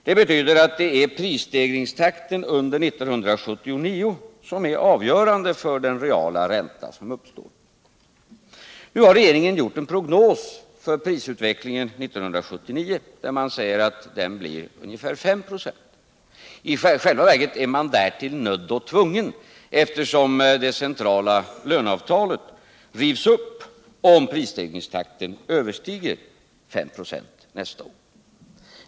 Det betyder att det är prisstegringstakten under 1979 som avgör den reala ränta som uppstår. Regeringen har gjort en prognos för prisutvecklingen 1979, och enligt denna prognos blir inflationen ungefär 5 26. I själva verket är man därtill nödd och tvungen, eftersom det centrala löncavtalet rivs upp om prisstegringstakten nästa år överstiger 5 96.